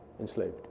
enslaved